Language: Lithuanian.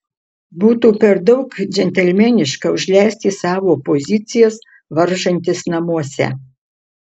būtų per daug džentelmeniška užleisti savo pozicijas varžantis namuose